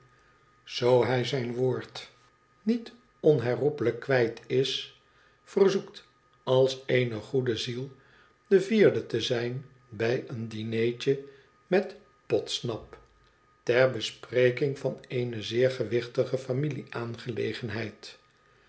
zoo hij zijn woord niet onherroepelijk kwijt is verzoekt als eene goede ziel de vierde te zijn bij een dinertje met podsnap ter bespreking van eene zeer gewichtige